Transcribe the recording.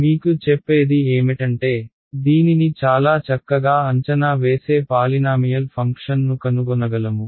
మీకు చెప్పేది ఏమిటంటే దీనిని చాలా చక్కగా అంచనా వేసే పాలినామియల్ ఫంక్షన్ను కనుగొనగలము